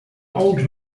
old